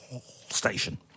station